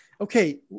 okay